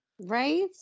Right